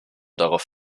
darauf